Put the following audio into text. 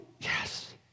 Yes